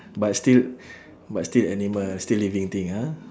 but still but still animal still living thing ah